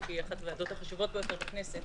שהיא אחת הוועדות החשובות ביותר בכנסת